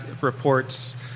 reports